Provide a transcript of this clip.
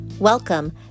Welcome